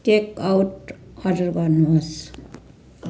take out order गर्नुहोस्